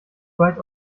weit